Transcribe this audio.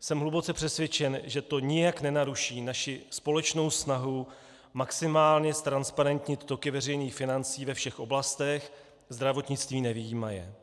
Jsem hluboce přesvědčen, že to nijak nenaruší naši společnou snahu maximálně ztransparentnit toky veřejných financí ve všech oblastech, zdravotnictví nevyjímaje,